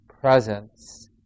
presence